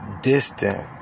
distant